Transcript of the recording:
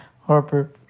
Harper